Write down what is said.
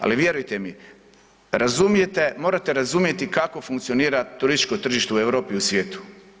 Ali vjerujte mi, razumijete, morate razumjeti kako funkcionira turističko tržište u Europi i u svijetu.